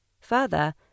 Further